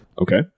Okay